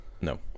No